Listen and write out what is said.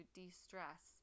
de-stress